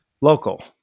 local